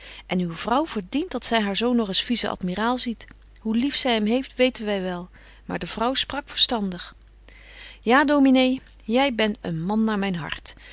en uw vrouw verdient dat zy haar zoon nog eens vice-admiraal ziet hoe lief zy hem heeft weten wy wel maar de vrouw sprak verstandig ja dominé jy bent een man naar myn hart